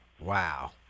Wow